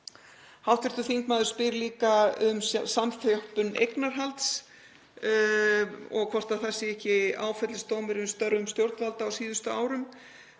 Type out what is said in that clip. Hv. þingmaður spyr líka um samþjöppun eignarhalds og hvort það sé ekki áfellisdómur yfir störfum stjórnvalda á síðustu árum.